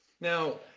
Now